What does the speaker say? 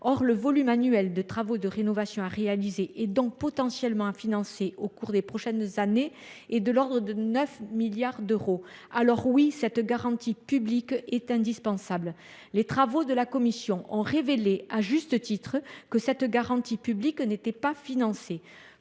Or le montant annuel des travaux de rénovation à réaliser, et donc potentiellement à financer, au cours des prochaines années est de l’ordre de 9 milliards d’euros. La garantie publique est, de ce fait, indispensable. Les travaux de la commission ont à juste titre révélé que cette garantie publique n’était pas financée.